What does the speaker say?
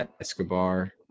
Escobar